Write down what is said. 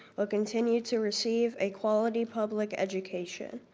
will continue to receive a quality public education.